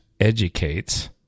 educates